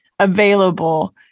available